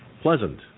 pleasant